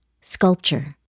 sculpture